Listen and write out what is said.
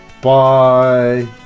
bye